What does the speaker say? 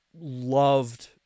loved